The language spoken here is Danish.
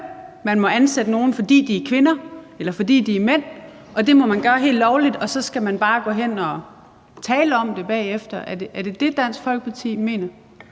man må ansætte nogen, fordi de er kvinder, eller fordi de er mænd, og at man må gøre det helt lovligt, og så skal man bare gå hen og tale om det bagefter? Er det det, Dansk Folkeparti mener?